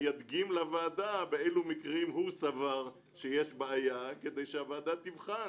וידגים לוועדה באילו מקרים הוא סבר שיש בעיה כדי שהוועדה תבחן,